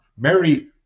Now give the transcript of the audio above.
Mary